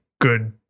good